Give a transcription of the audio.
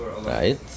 right